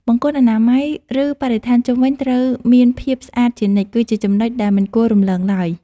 បង្គន់អនាម័យ ឬ បរិស្ថានជុំវិញត្រូវមានភាពស្អាតជានិច្ចគឺជាចំណុចដែលមិនគួររំលងឡើយ។